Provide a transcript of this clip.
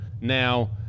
Now